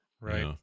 Right